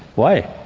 why?